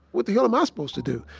what the hell am ah supposed to do?